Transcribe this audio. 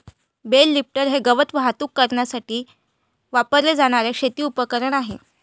bell lifter हे गवत वाहतूक करण्यासाठी वापरले जाणारे शेती उपकरण आहे